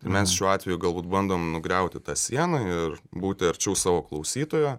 mes šiuo atveju galbūt bandom nugriauti tą sieną ir būti arčiau savo klausytojo